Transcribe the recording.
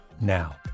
now